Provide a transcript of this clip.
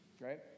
right